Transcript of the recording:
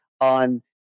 on